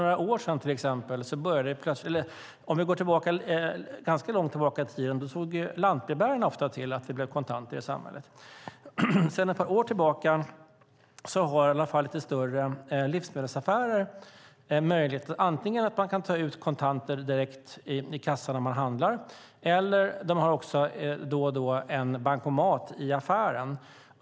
Ganska långt tillbaka i tiden såg lantbrevbärarna till att det fanns kontanter i samhället. Sedan några år tillbaka har i alla fall lite större livsmedelsaffärer möjlighet att antingen låta kunderna ta ut kontanter direkt i kassan när de handlar eller att ha en bankomat i affären.